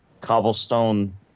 cobblestone